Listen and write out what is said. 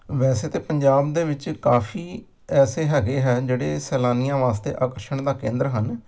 ਵੈਸੇ ਤਾਂ ਪੰਜਾਬ ਦੇ ਵਿੱਚ ਕਾਫ਼ੀ ਐਸੇ ਹੈਗੇ ਹੈ ਜਿਹੜੇ ਸੈਲਾਨੀਆਂ ਵਾਸਤੇ ਆਕਰਸ਼ਣ ਦਾ ਕੇਂਦਰ ਹਨ